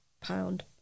pound